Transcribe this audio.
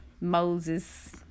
Moses